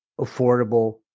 affordable